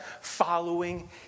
following